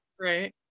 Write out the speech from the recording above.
Right